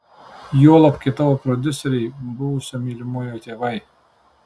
juolab kai tavo prodiuseriai buvusio mylimojo tėvai